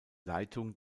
leitung